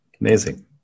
Amazing